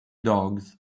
dogs